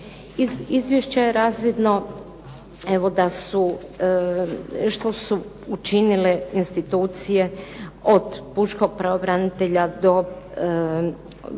izvješća je razvidno evo da su, što su učinile institucije od Pučkog pravobranitelja do